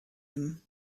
him